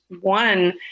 one